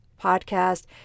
podcast